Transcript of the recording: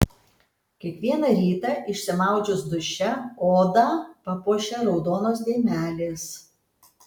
kiekvieną rytą išsimaudžius duše odą papuošia raudonos dėmelės